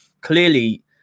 clearly